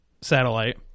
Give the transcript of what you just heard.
satellite